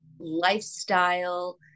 lifestyle